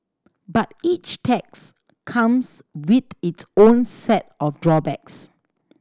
but each tax comes with its own set of drawbacks